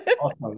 Awesome